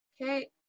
Okay